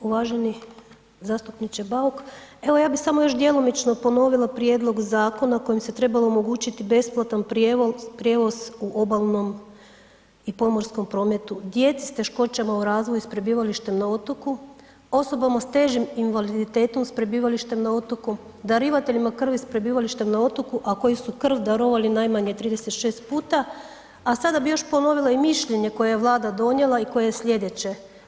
Uvaženi zastupniče Bauk, evo ja bi samo djelomično ponovila prijedlog zakona kojim se trebalo omogućiti besplatan prijevoz u obalnom i pomorskom prometu djeci s teškoćama u razvoju s prebivalištem na otoku, osobama s težim invaliditetom s prebivalištem na otoku, darivateljima krvi s prebivalištem na otoku, a koji su krv darovali najmanje 36 puta, a sada bi još ponovila i mišljenje koje je Vlada donijela i koje je slijedeće.